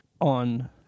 On